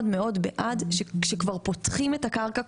מאוד בעד שאם כבר פותחים את הקרקע,